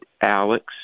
Alex